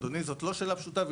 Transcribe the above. אדוני, זאת לא שאלה פשוטה.